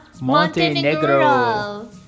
Montenegro